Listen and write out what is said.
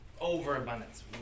overabundance